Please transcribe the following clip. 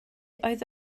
oedd